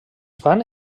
fan